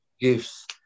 gifts